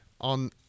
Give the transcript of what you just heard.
on